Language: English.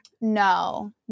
No